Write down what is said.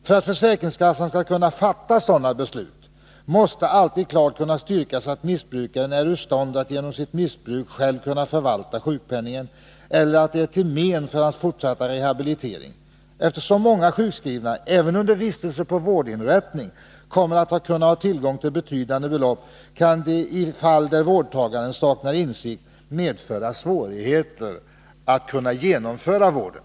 För att försäkringskassan skall kunna fatta sådant beslut måste det alltid klart kunna styrkas att missbrukaren genom sitt missbruk är ur stånd att själv förvalta sjukpenningen eller att det är till men för hans fortsatta rehabilitering. Eftersom många sjukskrivna, även under vistelse på vårdinrättning, kommer att kunna ha tillgång till betydande belopp kan det, i fall där vårdtagaren saknar insikt, medföra svårigheter att genomföra vården.